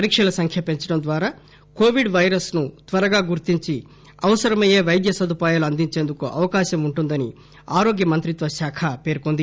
పరీక్షల సంఖ్య పెంచడం ద్వారా కోవిడ్ పైరస్ ను త్వరగా గుర్తించి అవసరమయ్యే వైద్య సదుపాయాలు అందించేందుకు అవకాశం ఉంటుందని ఆరోగ్య మంత్రిత్వ శాఖ పేర్కొంది